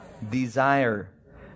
Desire